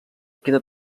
queda